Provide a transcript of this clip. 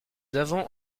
avons